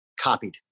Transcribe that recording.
copied